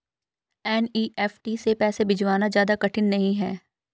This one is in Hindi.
एन.ई.एफ.टी से पैसे भिजवाना ज्यादा कठिन नहीं है